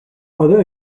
other